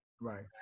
Right